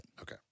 Okay